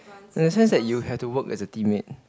in a sense that you have to work as a teammate